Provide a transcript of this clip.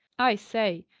i say,